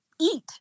eat